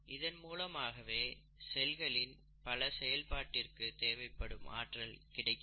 இதன் மூலமாகவே செல்களின் பல செயல்பாட்டிற்கு தேவைப்படும் ஆற்றல் கிடைக்கிறது